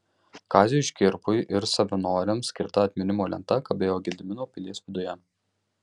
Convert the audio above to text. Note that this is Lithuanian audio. kaziui škirpai ir savanoriams skirta atminimo lenta kabėjo gedimino pilies viduje